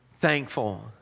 thankful